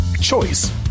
Choice